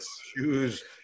shoes